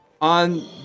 On